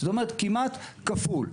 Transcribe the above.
כמעט כפול.